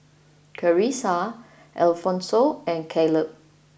Clarisa Alfonso and Clabe